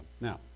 Now